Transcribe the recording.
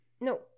No